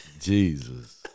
Jesus